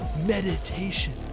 meditation